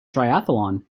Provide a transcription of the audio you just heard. triathlon